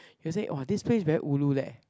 you'll say !wah! this place very ulu leh